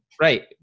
right